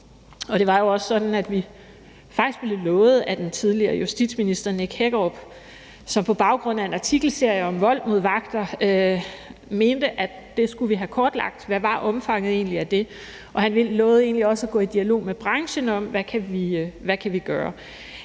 og det var jo også sådan, at vi faktisk blev lovet en af den tidligere justitsminister Nick Hækkerup, som på baggrund af en artikelserie om vold mod vagter mente, at det skulle vi have kortlagt omfanget af. Han lovede egentlig også at gå i dialog med branchen om, hvad vi kan gøre.